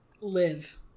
live